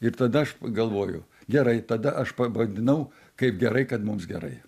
ir tada aš pagalvoju gerai tada aš pavadinau kaip gerai kad mums gerai